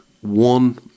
one